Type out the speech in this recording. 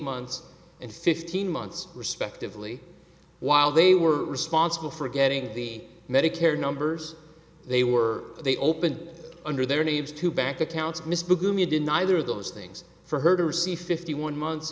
months and fifteen months respectively while they were responsible for getting the medicare numbers they were they open under their names to back accounts miss bigamy did neither of those things for her to receive fifty one month